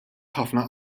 ħafna